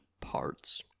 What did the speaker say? parts